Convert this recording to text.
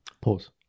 Pause